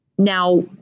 Now